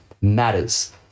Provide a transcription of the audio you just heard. matters